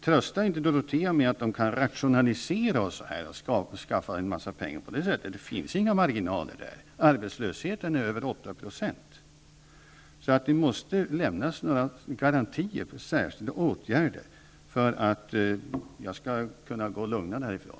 Trösta inte Dorotea med att man kan rationalisera och skaffa fram en massa pengar på det sättet -- det finns inga marginaler där; arbetslösheten är över 8 %. Det måste därför lämnas några garantier för särskilda åtgärder för att jag skall kunna gå lugnad härifrån.